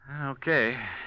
Okay